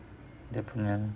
dia punya